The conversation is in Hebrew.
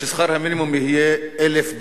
ששכר המינימום יהיה 1,000 דולר.